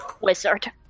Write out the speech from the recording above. wizard